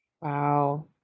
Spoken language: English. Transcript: Wow